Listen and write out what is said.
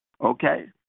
Okay